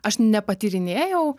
aš ne patyrinėjau